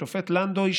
השופט לנדוי,